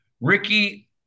Ricky